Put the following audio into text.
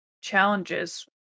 challenges